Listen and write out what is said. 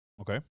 Okay